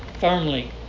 Firmly